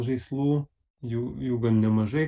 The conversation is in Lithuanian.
žaislų jų jų gan nemažai